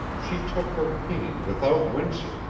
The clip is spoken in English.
she took her pain without wincing,